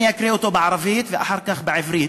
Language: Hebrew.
אני אקריא אותו בערבית ואחר כך בעברית.